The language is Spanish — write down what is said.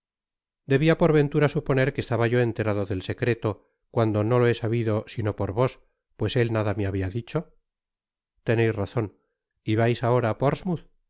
debía por ventura suponer que estaba yo enterado del secreto cuando no lo he sabido sino por vos pues él nada me habia dicho teneis razon y vais ahora